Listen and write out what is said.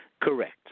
Correct